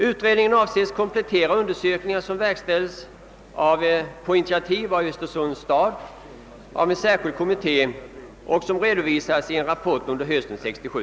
Utredningen avses komplettera undersökningar som på initiativ av Östersunds stad verkställts av en särskild kommitté och som redovisades i en rapport hösten 1967.